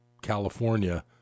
California